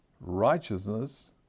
righteousness